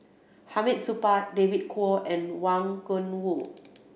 Hamid Supaat David Kwo and Wang Gungwu